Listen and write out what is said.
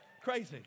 Crazy